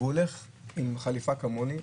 והוא הולך עם חליפה כמוני,